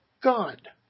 God